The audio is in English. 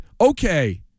okay